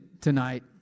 tonight